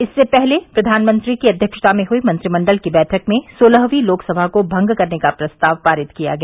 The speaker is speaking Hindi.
इससे पहले प्रधानमंत्री की अव्यक्षता में हई मंत्रिमंडल की बैठक में सोलहर्वी लोकसभा को भंग करने का प्रस्ताव पारित किया गया